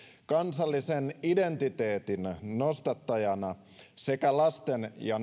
kansallisen identiteetin nostattajana sekä lasten ja